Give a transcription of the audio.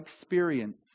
experience